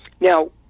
Now